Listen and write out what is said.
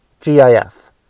G-I-F